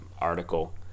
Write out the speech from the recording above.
article